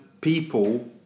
people